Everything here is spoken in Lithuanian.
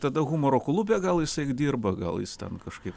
tada humoro klube gal jisai dirba gal jis ten kažkaip